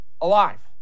alive